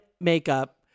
makeup